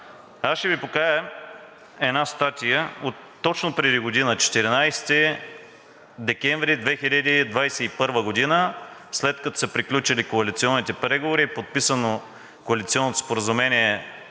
Аз ще Ви покажа една статия точно отпреди година – 14 декември 2021 г., след като са приключили коалиционните преговори и е подписано Коалиционното споразумение,